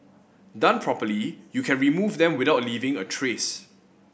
done properly you can remove them without leaving a trace